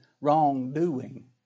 wrongdoing